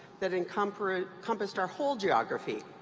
that encompassed that encompassed our whole geography,